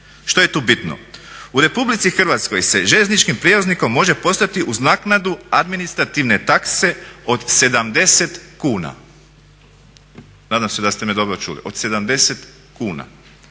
Što je tu bitno? U RH se željezničkim prijevoznikom može postati uz naknadu administrativne takse od 70 kuna. Nadam se da ste me dobro čuli? Od 70 kuna.